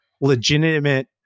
legitimate